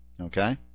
okay